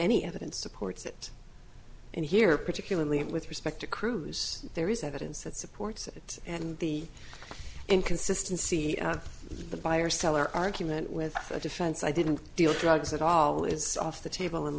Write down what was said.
any evidence supports it in here particularly with respect to cruise there is evidence that supports it and the inconsistency of the buyer seller argument with the defense i didn't deal drugs at all is off the table